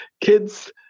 kids